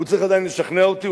הוא צריך עדיין לשכנע אותי.